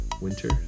winter